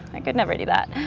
i could never do that.